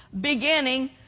beginning